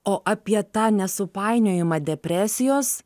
o apie tą nesupainiojimą depresijos